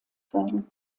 worden